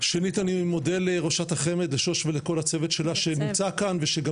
שנית אני מודה לראשת החמ"ד שוש ולכל הצוות שלה שנמצא כאן ושגם